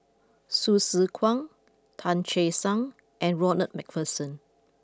Hsu Tse Kwang Tan Che Sang and Ronald MacPherson